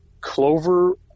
Clover